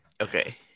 Okay